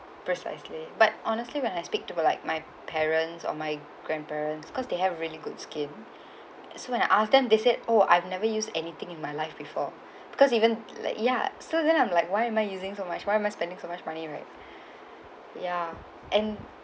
precisely but honestly when I speak to like my parents or my grandparents cause they have really good skin so when I ask them they said oh I've never use anything in my life before because even like ya so then I'm like why am I using so much why am I spending so much money right ya and